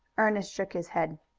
ernest shook his head.